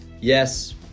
Yes